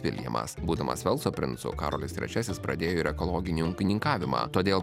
viljamas būdamas velso princu karolis trečiasis pradėjo ir ekologinį ūkininkavimą todėl